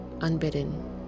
unbidden